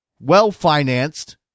well-financed